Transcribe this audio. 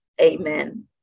Amen